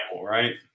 right